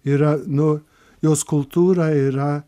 yra nu jos kultūra yra